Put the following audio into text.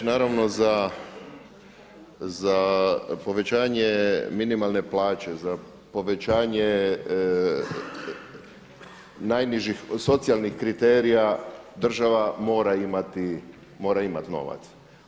Naravno za povećanje minimalne plaće, za povećanje najnižih socijalnih kriterija država mora imati novac.